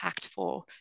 impactful